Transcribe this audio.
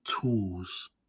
tools